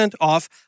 off